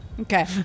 Okay